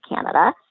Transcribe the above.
Canada